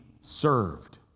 served